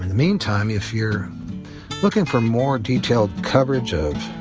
meantime, if you're looking for more detailed coverage,